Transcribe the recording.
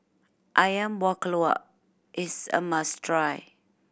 Ayam Buah Keluak is a must try